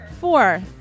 Four